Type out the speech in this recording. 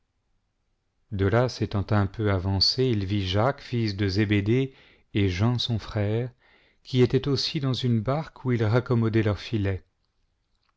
de là s'étant un peu avancé il vit jacques y de zébédé et jean son frère qui étjiient aussi dans une barque où ils raccommodaient leurs filets